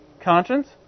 conscience